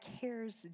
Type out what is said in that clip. cares